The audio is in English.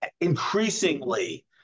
increasingly